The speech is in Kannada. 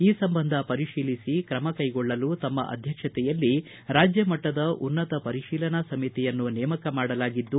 ಈ ಸಂಬಂಧ ಪರಿಶೀಲಿಸಿ ಕ್ರಮ ಕೈಗೊಳ್ಳಲು ತಮ್ಮ ಅಧ್ಯಕ್ಷತೆಯಲ್ಲಿ ರಾಜ್ಯಮಟ್ಟದ ಉನ್ನತ ಪರಿಶೀಲನಾ ಸಮಿತಿಯನ್ನು ನೇಮಕ ಮಾಡಲಾಗಿದ್ದು